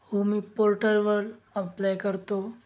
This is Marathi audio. हो मी पोर्टरवर अप्लाय करतो